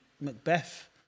Macbeth